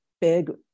big